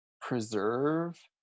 preserve